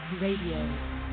Radio